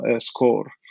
score